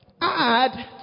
add